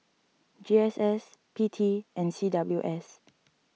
G S S P T and C W S